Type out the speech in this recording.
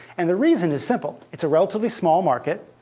and the reason is simple. it's a relatively small market.